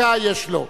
יש לו דקה.